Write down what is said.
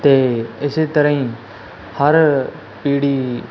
ਅਤੇ ਇਸ ਤਰ੍ਹਾਂ ਹੀ ਹਰ ਪੀੜ੍ਹੀ